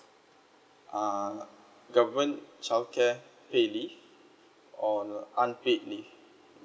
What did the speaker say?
uh government child care pay leave or unpaid leave